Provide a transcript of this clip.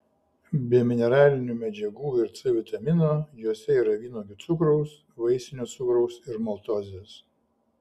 be mineralinių medžiagų ir c vitamino juose yra vynuogių cukraus vaisinio cukraus ir maltozės